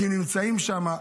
כי הם נמצאים שם.